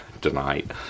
tonight